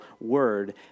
word